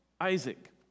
Isaac